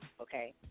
okay